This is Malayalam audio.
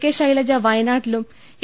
കെ ശൈലജ വയനാട്ടിലും എ